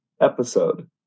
episode